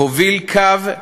להוביל קו,